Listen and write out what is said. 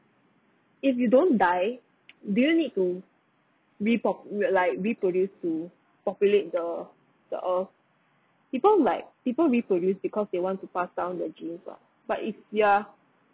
if you don't die do you need to repo~ like reproduce to populate the the earth people like people reproduce because they want to pass down their genes lah but if you're